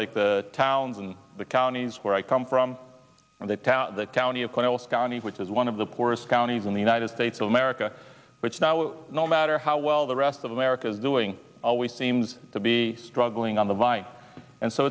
like the towns and the counties where i come from and they tout that county of canals county which is one of the poorest counties in the united states of america which now no matter how well the rest of america is doing always seems to be struggling on the line and so